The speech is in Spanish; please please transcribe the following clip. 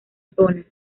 zona